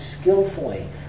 skillfully